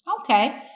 okay